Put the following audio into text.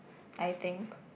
I think